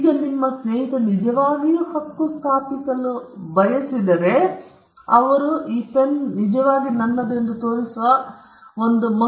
ಈಗ ನಿಮ್ಮ ಸ್ನೇಹಿತ ನಿಜವಾಗಿಯೂ ಹಕ್ಕು ಸಾಧಿಸಲು ಬಯಸಿದರೆ ಅವರು ಈ ಪೆನ್ ನಿಜವಾಗಿ ಗಣಿ ಎಂದು ತೋರಿಸುವ ಒಂದು ಮಸೂದೆಯೊಂದನ್ನು ಕರೆಯುತ್ತಿದ್ದರು ಏಕೆಂದರೆ ನಾನು ಇದನ್ನು ಪರಿಗಣನೆಗೆ ಖರೀದಿಸಿದೆ